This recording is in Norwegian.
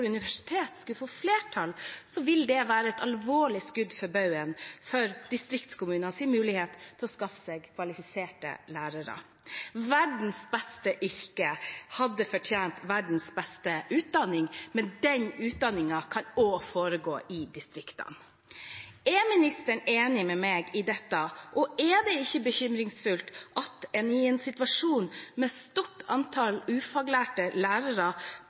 universitet skulle få flertall, vil det være et alvorlig skudd for baugen for distriktskommuners mulighet til å skaffe kvalifiserte lærere. Verdens beste yrke hadde fortjent verdens beste utdanning, men den utdanningen kan også foregå i distriktene. Er ministeren enig med meg i dette, og er det ikke bekymringsfullt at en i en situasjon med et stort antall ufaglærte lærere